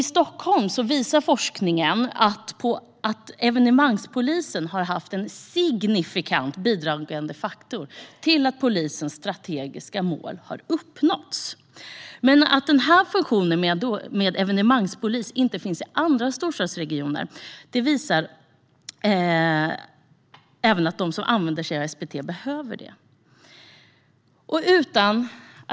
I Stockholm visar forskningen att evenemangpoliserna är en signifikant bidragande faktor till att polisens strategiska mål har uppnåtts. Denna funktion finns dock inte i andra storstadsregioner, även om de som använder SPT behöver den.